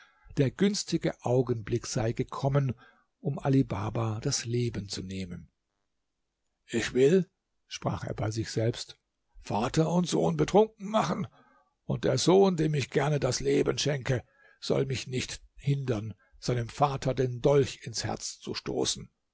der günstige augenblick sei gekommen um ali baba das leben zu nehmen ich will sprach er bei sich selbst vater und sohn betrunken machen und der sohn dem ich gerne das leben schenke soll mich nicht hindern seinem vater den dolch ins herz zu stoßen